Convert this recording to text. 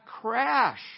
crash